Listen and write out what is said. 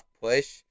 push